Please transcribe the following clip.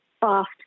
fast